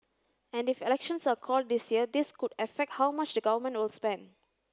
and if elections are called this year this could affect how much the Government will spend